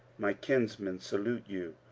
my kinsmen, salute you.